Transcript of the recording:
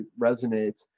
resonates